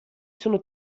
sono